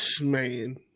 man